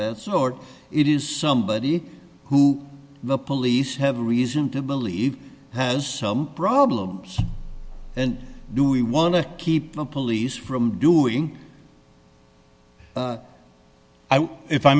that sort it is somebody who the police have a reason to believe has some problems and do we want to keep the police from doing if i